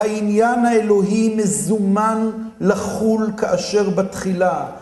העניין האלוהי מזומן לחול כאשר בתחילה.